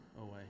away